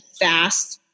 fast